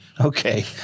Okay